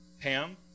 Pam